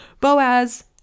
Boaz